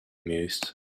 mused